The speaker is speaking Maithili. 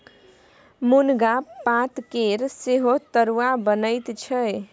मुनगा पातकेर सेहो तरुआ बनैत छै